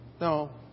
No